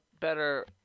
better